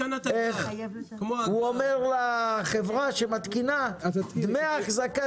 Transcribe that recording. הוא אומר לחברה שמתקינה את דמי האחזקה